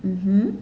mmhmm